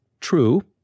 true